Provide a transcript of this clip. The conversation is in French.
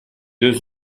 deux